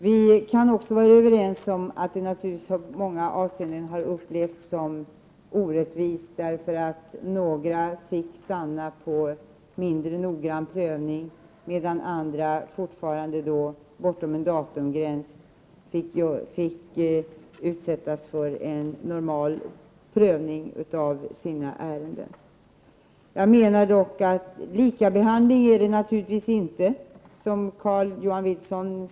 Vi kan också vara överens om att beslutet uppfattades som orättvist av många, därför att några fick stanna efter mindre noggrann prövning medan andra fortfarande bortom en datumgräns utsattes för normal prövning av sina ärenden. Likabehandling är det naturligtvis inte, Carl-Johan Wilson.